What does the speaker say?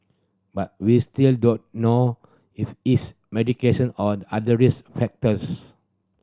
but we still don't know if it's medication or other risk factors